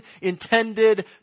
intended